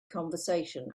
conversation